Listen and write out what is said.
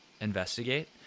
investigate